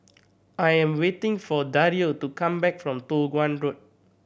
I am waiting for Dario to come back from Toh Guan Road